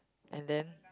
and then